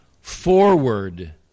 forward